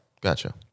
Gotcha